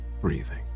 breathing